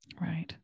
Right